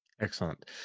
Excellent